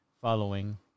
following